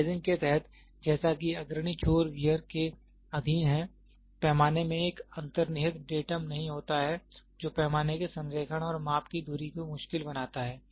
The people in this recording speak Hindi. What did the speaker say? साइज़िंग के तहत जैसा कि अग्रणी छोर वियर के अधीन है पैमाने में एक अंतर्निहित डेटम नहीं होता है जो पैमाने के संरेखण और माप की धुरी को मुश्किल बनाता है